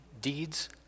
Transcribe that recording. deeds